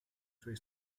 suoi